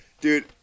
dude